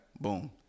Boom